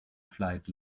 flight